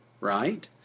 right